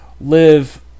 live